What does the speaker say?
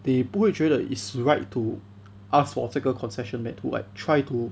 你不会觉得 it's right to ask for 这个 concession meh to like try to